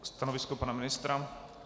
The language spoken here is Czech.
Stanovisko pana ministra?